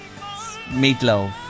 Meatloaf